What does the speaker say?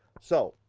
so,